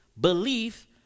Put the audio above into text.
belief